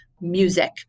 music